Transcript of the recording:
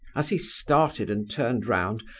as he started and turned round,